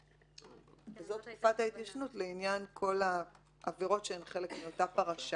זאת תקופת ההתיישנות לעניין כל העבירות שהן חלק מאותה פרשה.